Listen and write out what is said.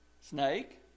snake